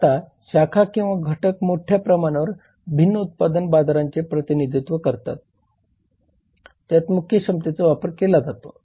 आता शाखा किंवा घटक मोठ्या प्रमाणावर भिन्न उत्पादन बाजारांचे प्रतिनिधित्व करतात ज्यात मुख्य क्षमतेचा वापर केला जातो